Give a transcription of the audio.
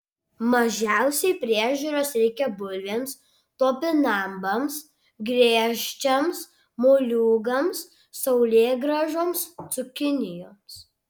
mažiausiai priežiūros reikia bulvėms topinambams griežčiams moliūgams saulėgrąžoms cukinijoms